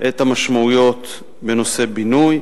את המשמעויות בנושא בינוי,